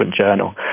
journal